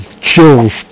Chills